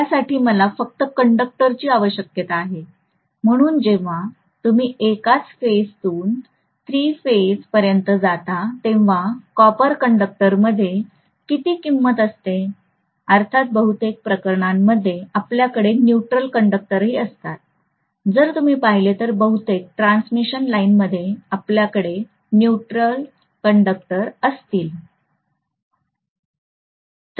त्यासाठी मला फक्त कंडक्टर ची आवश्यकता आहे म्हणून जेव्हा तुम्ही एकाच फेज तून थ्री फेज पर्यंत जाता तेव्हा कॉपर कंडक्टरमध्ये किती किंमत असते अर्थात बहुतेक प्रकरणांमध्ये आपल्याकडे न्यूट्रल कंडक्टरही असतील जर तुम्ही पाहिले तर बहुतेक ट्रान्समिशन लाइनमध्ये आपल्याकडे न्यूट्रल कंडक्टर असतील